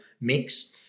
mix